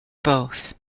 both